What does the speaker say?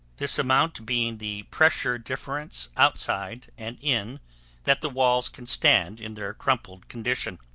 this amount being the pressure difference outside and in that the walls can stand in their crumpled condition.